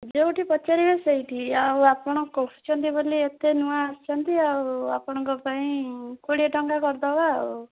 ଯୋଉଠି ପଚାରିବେ ସେଇଠି ଆଉ ଆପଣ କହୁଛନ୍ତି ବୋଲି ଏତେ ନୂଆ ଆସୁଛନ୍ତି ଆଉ ଆପଣଙ୍କ ପାଇଁ କୋଡ଼ିଏ ଟଙ୍କା କରିଦେବା ଆଉ